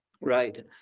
Right